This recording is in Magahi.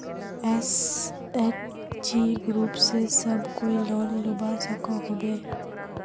एस.एच.जी ग्रूप से सब कोई लोन लुबा सकोहो होबे?